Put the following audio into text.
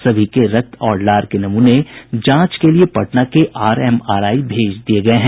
सभी के रक्त और लार के नमूने जांच के लिये पटना के आरएमआरआई भेज दिये गये हैं